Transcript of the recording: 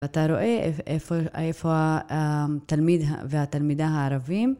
אתה רואה איפה התלמיד והתלמידה הערבים?